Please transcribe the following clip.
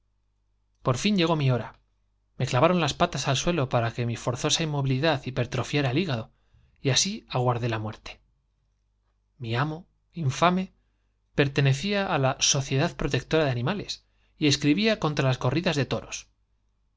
por fin llegó mi hora clavaron las patas al suelo para que mi me forzosa inmovilidad hipertrofiara el hígado y así aguardé la muerte j mi amo j infame pertenecía á la sociedad pro tectora de animales y escribía contra las corridas de toros